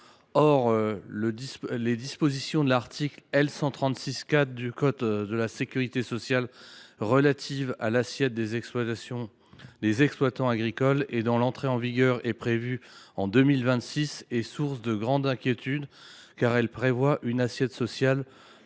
Or les dispositions de l’article L. 136 4 du code de la sécurité sociale relatives à l’assiette des exploitants agricoles, dont l’entrée en vigueur est prévue en 2026, suscitent de grandes inquiétudes, car elles prévoient une assiette sociale